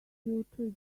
future